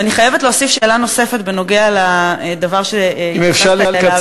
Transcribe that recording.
ואני חייבת להוסיף שאלה בנוגע לדבר שהתייחסת אליו,